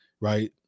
right